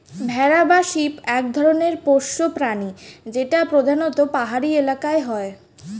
ভেড়া বা শিপ এক ধরনের পোষ্য প্রাণী যেটা প্রধানত পাহাড়ি এলাকায় হয়